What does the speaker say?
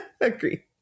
agree